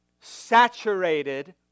saturated